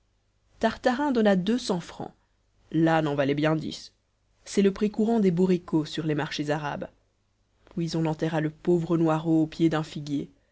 tartarin donna deux cents francs l'âne en valait bien dix c'est le prix courant des bourriquots sur les marchés arabes puis on enterra le pauvre noiraud au pied d'un figuier